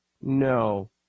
no